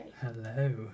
Hello